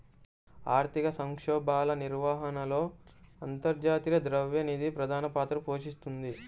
ఆర్థిక సంక్షోభాల నిర్వహణలో అంతర్జాతీయ ద్రవ్య నిధి ప్రధాన పాత్ర పోషిస్తోంది